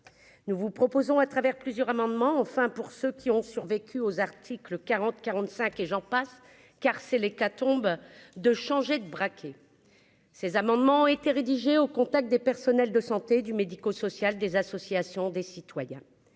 nous vous proposons à travers plusieurs amendements, enfin pour ceux qui ont survécu aux articles 40 45 et j'en passe car c'est l'hécatombe de changer de braquet, ces amendements ont été rédigés au contact des personnels de santé du médico-social des associations, des citoyens,